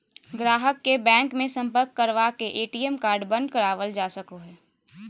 गाहक के बैंक मे सम्पर्क करवा के ए.टी.एम कार्ड बंद करावल जा सको हय